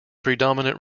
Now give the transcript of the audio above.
predominant